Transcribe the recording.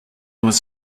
was